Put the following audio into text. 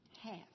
Half